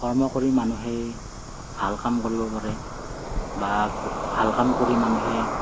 কৰ্ম কৰি মানুহে ভাল কাম কৰিব পাৰে বা ভাল কাম কৰি মানুহে